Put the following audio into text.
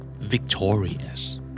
Victorious